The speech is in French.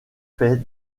fait